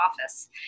office